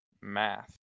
Math